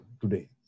today